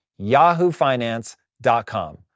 YahooFinance.com